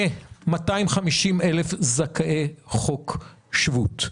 כ-250,000 זכאי חוק שבות.